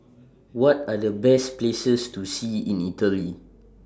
What Are The Best Places to See in Italy